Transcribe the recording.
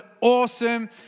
awesome